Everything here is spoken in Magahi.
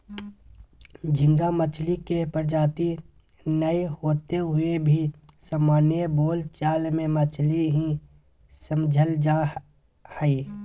झींगा मछली के प्रजाति नै होते हुए भी सामान्य बोल चाल मे मछली ही समझल जा हई